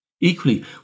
Equally